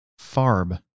Farb